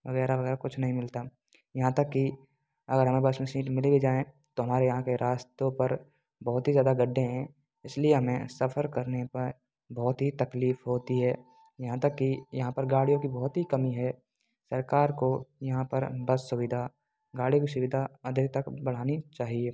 वगैरह वगैरह कुछ नहीं मिलता यहाँ तक कि अगर हमें बस में सीट मिल भी जाए तो हमारे यहाँ के रास्तों पर बहुत ही ज़्यादा गड्ढे हैं इसलिए हमें सफर करने पर बहुत ही तकलीफ होती है यहाँ तक कि यहाँ पर गाड़ियों की बहुत ही कमी है सरकार को यहाँ पर बस सुविधा गाड़ी की सुविधा आगे तक बढ़ानी चाहिए